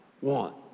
Want